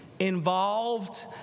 Involved